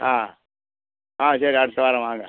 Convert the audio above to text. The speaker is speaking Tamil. ஆ ஆ சரி அடுத்த வாரம் வாங்க